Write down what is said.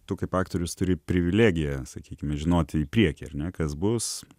tu kaip aktorius turi privilegiją sakykime žinoti į priekį a r ne kas bus